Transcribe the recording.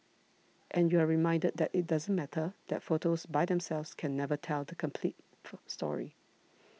and you are reminded that it doesn't matter that photos by themselves can never tell the complete full story